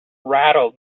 rattled